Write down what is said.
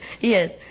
Yes